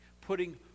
putting